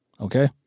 okay